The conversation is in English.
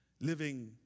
Living